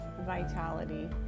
vitality